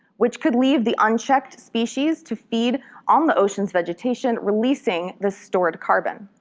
which could leave the unchecked species to feed on the ocean's vegetation releasing the stored carbon.